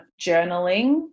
journaling